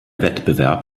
wettbewerb